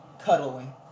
cuddling